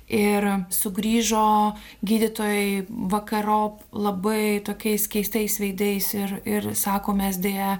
ir sugrįžo gydytojai vakarop labai tokiais keistais veidais ir ir sako mes deja